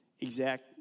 Exact